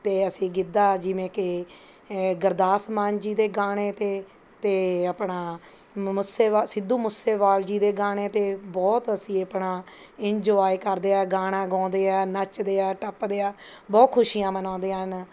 ਅਤੇ ਅਸੀਂ ਗਿੱਧਾ ਜਿਵੇਂ ਕਿ ਇਹ ਗੁਰਦਾਸ ਮਾਨ ਜੀ ਦੇ ਗਾਣੇ 'ਤੇ ਅਤੇ ਆਪਣਾ ਮੂਸੇ ਵਾਲ ਸਿੱਧੂ ਮੂਸੇਵਾਲ ਜੀ ਦੇ ਗਾਣੇ 'ਤੇ ਬਹੁਤ ਅਸੀਂ ਆਪਣਾ ਇੰਨਜੋਆਏ ਕਰਦੇ ਹਾਂ ਗਾਣਾ ਗਾਉਂਦੇ ਹੈ ਨੱਚਦੇ ਹੈ ਟੱਪਦੇ ਹਾਂ ਬਹੁਤ ਖੁਸ਼ੀਆਂ ਮਨਾਉਂਦੇ ਹਾਂ